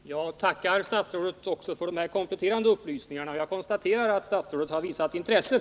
Herr talman! Jag tackar statsrådet också för de här kompletterande upplysningarna. Jag konstaterar att statsrådet har visat intresse